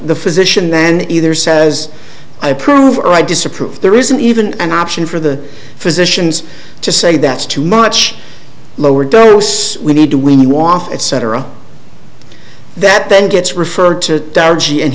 the physician then either says i approve or i disapprove there isn't even an option for the physicians to say that's too much lower dose we need to wean you off etc that then gets referred to g and